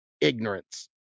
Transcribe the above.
ignorance